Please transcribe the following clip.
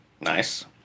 nice